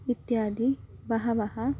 इत्यादयः बहवः